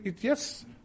yes